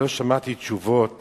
לא שמעתי תשובות